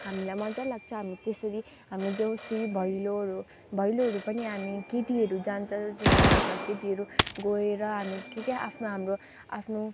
हामीलाई मजा लाग्छ हामी त्यसेरी हामी देउसी भैलोहरू भैलोहरू पनि हामी केटीहरू जान्छ र त्यसमा र केटीहेरू गएर हामी के के आफ्नो हाम्रो आफ्नो जात